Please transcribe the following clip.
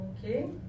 Okay